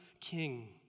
king